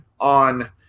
on